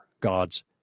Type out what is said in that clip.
God's